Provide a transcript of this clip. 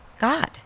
God